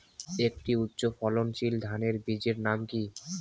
একটি উচ্চ ফলনশীল ধানের বীজের নাম কী?